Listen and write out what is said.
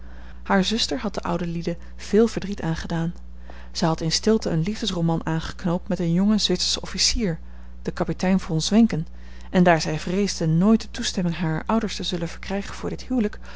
hare zuster had de oude lieden veel verdriet aangedaan zij had in stilte een liefdesroman aangeknoopt met een jong zwitsersch officier den kapitein von zwenken en daar zij vreesde nooit de toestemming harer ouders te zullen verkrijgen voor dit huwelijk